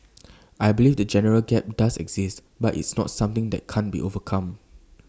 I believe the generation gap does exist but it's not something that can't be overcome